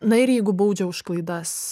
na ir jeigu baudžia už klaidas